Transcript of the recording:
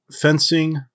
fencing